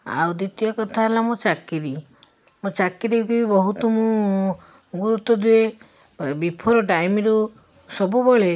ଆଉ ଦ୍ୱିତୀୟ କଥା ହେଲା ମୋ ଚାକିରୀ ମୋ ଚାକିରିକି ବହୁତ ମୁଁ ଗୁରୁତ୍ୱ ଦିଏ ବ ବିଫୋର୍ ଟାଇମ୍ରୁ ସବୁବେଳେ